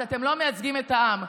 אז אתם לא מייצגים את העם,